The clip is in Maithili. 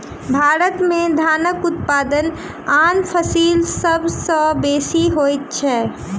भारत में धानक उत्पादन आन फसिल सभ सॅ बेसी होइत अछि